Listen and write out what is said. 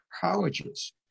colleges